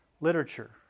literature